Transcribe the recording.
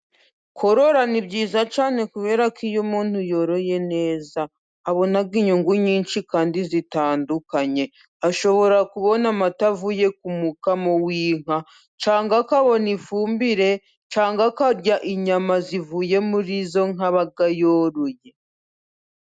Korora ni byiza cyane kubera ko iyo umuntu yoroye neza abona inyungu nyinshi kandi zitandukanye, ashobora kubona amata avuye k'umukamo w'inka cyangwa akabona ifumbire cyangwa akarya inyama zivuye muri izo nka aba yoroye.